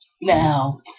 Now